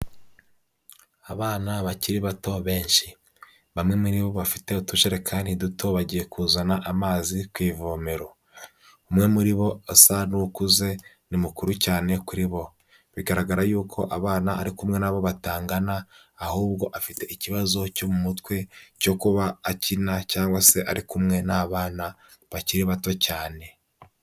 Abana bakiri bato benshi, bamwe muri bo bafite utujerakani duto bagiye kuzana amazi ku ivomero, umwe muri bo, asa n'ukuze, ni mukuru cyane kuri bo. Bigaragara yuko abana ari kumwe nabo batangana, ahubwo afite ikibazo cyo mu mutwe cyo kuba akina cyangwa se ari kumwe n'abana bakiri bato cyane.